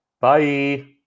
Bye